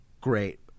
great